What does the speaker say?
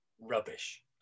rubbish